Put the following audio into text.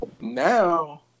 Now